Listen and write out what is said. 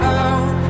out